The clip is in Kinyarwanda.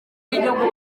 y’igihugu